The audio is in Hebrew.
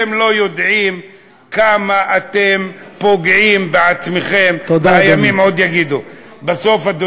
פוליטיקה שמנסה ככל האפשר למנוע מפוליטיקה אחרת להשאיר מאחוריה